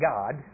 God